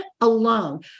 alone